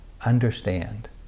understand